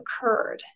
occurred